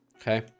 Okay